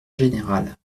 général